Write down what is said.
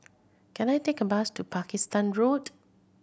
can I take a bus to Pakistan Road